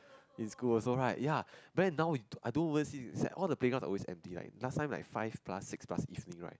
in school also right ya then now we I don't even see it's like all the playgrounds are always empty right last time like five plus six plus evening right